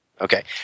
Okay